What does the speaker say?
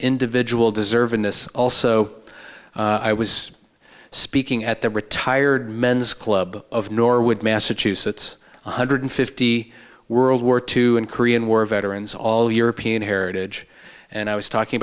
individual deservedness also i was speaking at the retired men's club of norwood massachusetts one hundred fifty world war two and korean war veterans all european heritage and i was talking